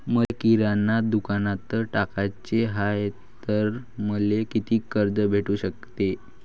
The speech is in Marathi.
मले किराणा दुकानात टाकाचे हाय तर मले कितीक कर्ज भेटू सकते?